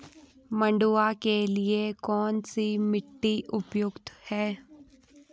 मंडुवा के लिए कौन सी मिट्टी उपयुक्त है?